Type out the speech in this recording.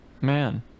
man